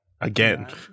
Again